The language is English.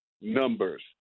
numbers